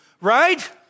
Right